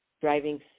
Driving